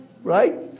Right